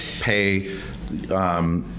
pay